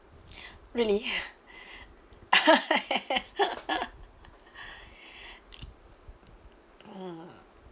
really mm